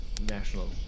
National